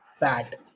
bad